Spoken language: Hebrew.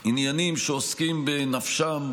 עניינים שעוסקים בנפשם,